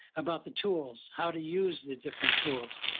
about the tools, how to use the different tools.